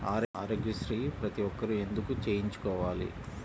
ఆరోగ్యశ్రీ ప్రతి ఒక్కరూ ఎందుకు చేయించుకోవాలి?